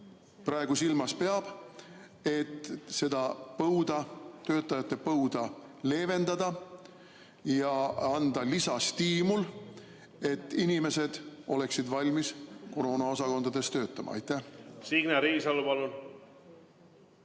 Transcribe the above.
praegu silmas peab, et seda töötajate põuda leevendada ja anda lisastiimul, et inimesed oleksid valmis koroonaosakondades töötama? Aitäh!